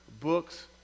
books